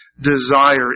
desire